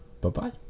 Bye-bye